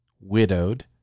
widowed